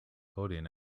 holding